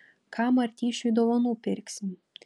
ką martyšiui dovanų pirksim